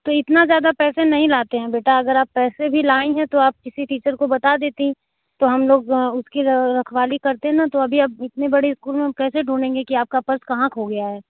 तो इतना ज़्यादा पैसे नहीं लाते हैं बेटा अगर आप पैसे भी लाई हैं आप किसी टीचर को बता देती तो हम लोग उसकी रखवाली करते न तो अभी हम इतने बड़े स्कुल में कैसे ढूंढेंगे कि आपका पर्स कहाँ खो गया है